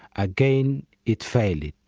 again it failed.